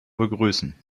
begrüßen